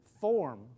form